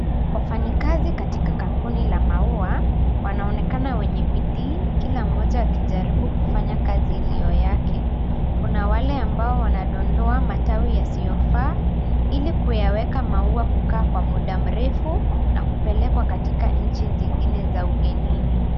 Wafanyi kazi katika kampuni la maua wanaonekana wenye bidii kila mmoja akijaribu kufanya kazi iliyo yake. Kuna wale ambao wanadondoa matawi yasiyofaa ilikuyaweka maua kukaa kwa muda mrefu na kupelekwa katika nchi zingine za ugenini.